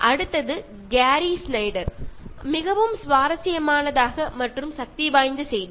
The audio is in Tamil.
அடுத்தது கேரி ஸ்னைடரிடமிருந்து மிகவும் சுவாரஸ்யமானத மற்றும் சக்திவாய்ந்த செய்தி